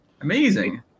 Amazing